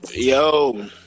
Yo